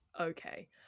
okay